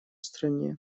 стране